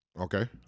Okay